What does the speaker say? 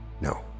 No